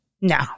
No